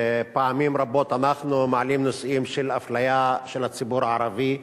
פעמים רבות אנחנו מעלים נושאים שלאהפליה של הציבור הערבי,